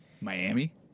Miami